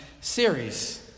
series